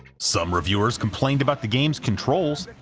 some reviewers complained about the game's controls,